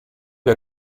più